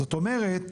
זאת אומרת